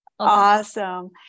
Awesome